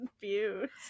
Confused